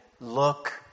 Look